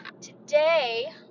today